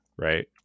Right